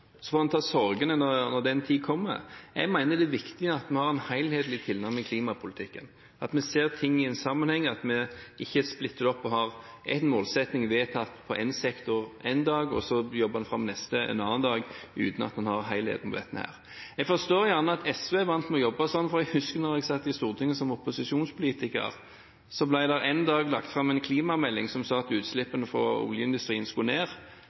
Så får en ta sorgene når den tid kommer. Jeg mener det er viktig at vi har en helhetlig tilnærming til klimapolitikken, at vi ser ting i sammenheng, at vi ikke splitter opp og har én målsetting vedtatt på én sektor én dag, og så jobber fram den neste en annen dag uten å se på helheten. Jeg forstår gjerne at SV er vant med å jobbe sånn, for jeg husker at da jeg satt på Stortinget som opposisjonspolitiker, ble det én dag lagt fram en klimamelding som sa at utslippene fra oljeindustrien skulle ned,